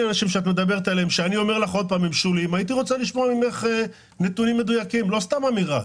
הייתי רוצה לשמוע נתונים מדויקים, לא סתם אמירה.